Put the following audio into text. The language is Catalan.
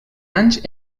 anys